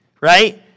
right